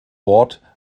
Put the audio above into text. ward